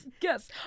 yes